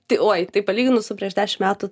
tai uoj tai palyginus su prieš dešim metų